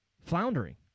floundering